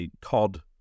cod